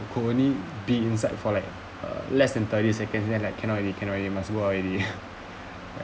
could only be inside for like uh less than thirty seconds then like cannot already cannot already must go out already